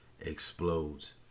explodes